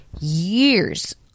years